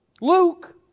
Luke